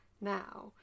now